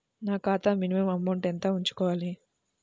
నా ఖాతా minimum amount ఎంత ఉంచుకోవాలి?